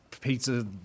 pizza